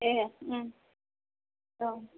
ए औ